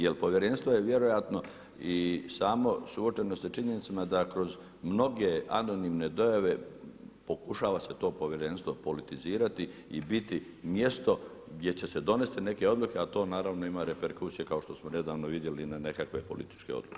Jer Povjerenstvo je vjerojatno i samo suočeno sa činjenicama da kroz mnoge anonimne dojave pokušava se to Povjerenstvo politizirati i biti mjesto gdje će se donesti neke odluke a to naravno ima reperkusije kao što smo nedavno vidjeli na nekakve političke odluke.